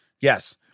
Yes